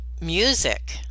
music